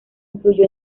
influyó